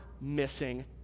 missing